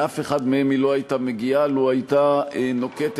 לאף אחד מהם היא לא הייתה מגיעה לו הייתה נוקטת